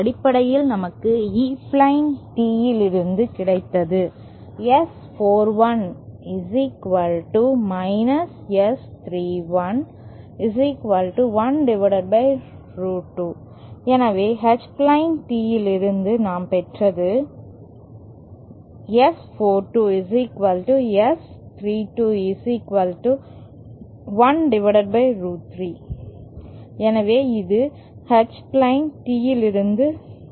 அடிப்படையில் நமக்கு E plane Teeயிலிருந்து கிடைத்தது S 41 S 311√2 எனவே H பிளேன் Teeயிலிருந்து நாம் பெற்றது S 42 S 321√3 எனவே இது H பிளேன் Teeயிலிருந்து வந்தது